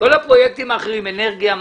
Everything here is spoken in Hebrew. כל הפרויקטים האחרים אנרגיה,